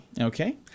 Okay